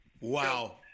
wow